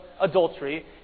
adultery